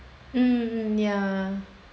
mmhmm ya